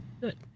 Good